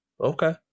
Okay